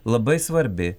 labai svarbi